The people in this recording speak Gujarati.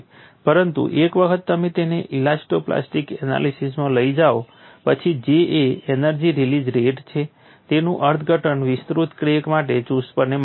પરંતુ એક વખત તમે તેને ઇલાસ્ટો પ્લાસ્ટિક એનાલિસીસમાં લઈ જાઓ પછી J એ એનર્જી રિલીઝ રેટ છે તેવું અર્થઘટન વિસ્તૃત ક્રેક માટે ચુસ્તપણે માન્ય નથી